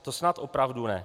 To snad opravdu ne.